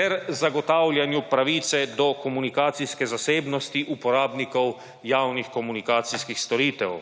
ter zagotavljanju pravice do komunikacijske zasebnosti uporabnikov javnih komunikacijskih storitev.